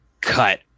cut